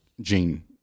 gene